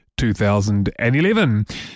2011